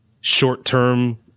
short-term